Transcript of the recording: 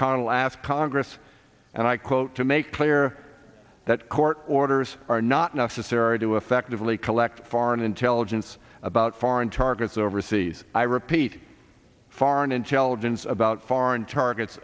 asked congress and i quote to make clear that court orders are not necessary to effectively collect foreign intelligence about foreign targets overseas i repeat foreign intelligence about foreign targets